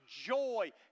joy